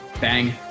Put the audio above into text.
bang